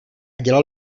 dělal